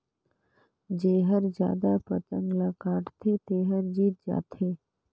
जेहर जादा पतंग ल काटथे तेहर जीत जाथे